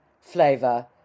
flavor